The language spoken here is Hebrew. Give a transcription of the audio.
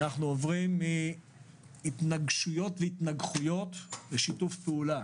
אנחנו עוברים מהתנגשויות והתנגחויות לשיתוף פעולה.